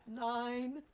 Nine